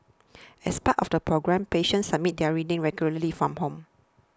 as part of the programme patients submit their readings regularly from home